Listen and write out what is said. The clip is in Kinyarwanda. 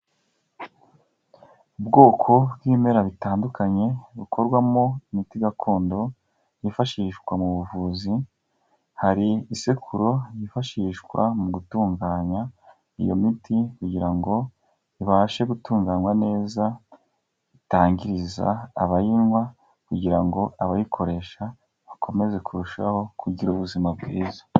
Ubwoko bw'ibimera bitandukanye bukorwamo imiti gakondo yifashishwa mu buvuzi, hari isekururo yifashishwa mu gutunganya iyo miti kugira ngo ibashe gutunganywa neza itangiriza abayinywa, kugira ngo abayikoresha bakomeze kurushaho kugira ubuzima bwiza.